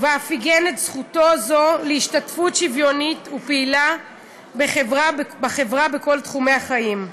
ואף עיגן זכותו זו להשתתפות שוויונית ופעילה בחברה בכל תחומי החיים,